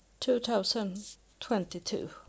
2022